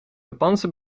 japanse